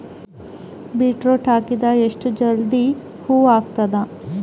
Beetroot ಹಾಕಿದರ ಎಷ್ಟ ಜಲ್ದಿ ಹೂವ ಆಗತದ?